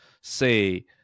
say